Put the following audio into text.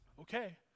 Okay